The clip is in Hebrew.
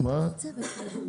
צוות.